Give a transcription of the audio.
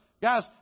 Guys